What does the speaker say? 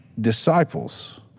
disciples